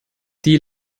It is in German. die